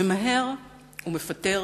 ממהר ומפטר